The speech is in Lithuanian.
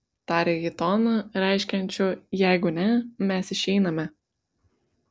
tarė ji tonu reiškiančiu jeigu ne mes išeiname